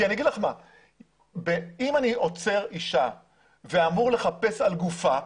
אם אני עוצר אישה ואמור לחפש על גופה,